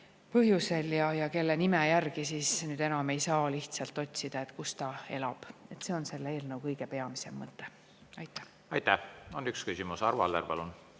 põhjusel ja kelle nime järgi siis nüüd enam ei saa lihtsalt otsida, kus ta elab. See on selle eelnõu kõige peamisem mõte. Aitäh! Aitäh! On üks küsimus. Arvo Aller, palun!